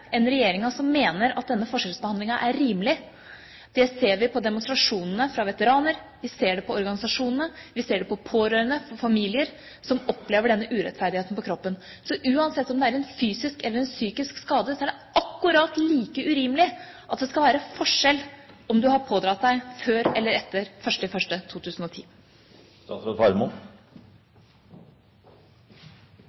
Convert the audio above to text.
regjeringa som mener at denne forskjellsbehandlingen er rimelig. Det ser vi på demonstrasjonene fra veteraner. Vi ser det på organisasjonene. Vi ser det på pårørende – familier som opplever denne urettferdigheten på kroppen. Så uansett om det er en fysisk eller psykisk skade, er det akkurat like urimelig at det skal være forskjell på om du har pådratt deg den før eller etter 1. januar 2010.